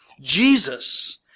Jesus